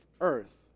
earth